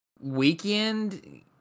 weekend